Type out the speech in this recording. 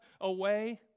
away